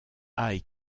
high